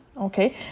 Okay